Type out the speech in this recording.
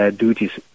duties